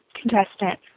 contestant